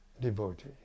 devotee